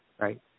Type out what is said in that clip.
Right